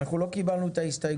אנחנו לא קיבלנו את ההסתייגות,